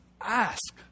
ask